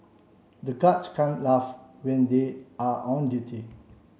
the guards can't laugh when they are on duty